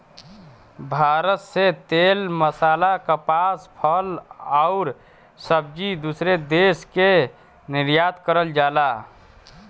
भारत से तेल मसाला कपास फल आउर सब्जी दूसरे देश के निर्यात करल जाला